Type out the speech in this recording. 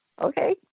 okay